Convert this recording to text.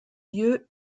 lieu